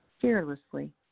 fearlessly